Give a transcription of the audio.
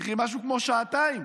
צריכים משהו כמו שעתיים.